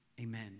Amen